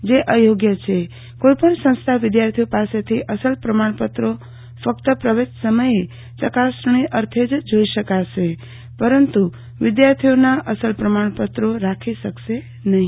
જે અયોગ્ય છે કોઈપણ સંસ્થા વિધાર્થીઓ પાસેથી અસલ પ્રમાણપત્રો ફક્ત પ્રવેશ સમયે ચકાસણી અર્થે જોઈ શકાશે પરંતુ વિધાર્થીઓના અસલ પ્રમાણપત્રો રાખી શકાશે નહી